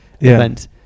event